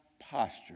posture